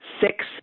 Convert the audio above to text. Six